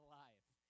life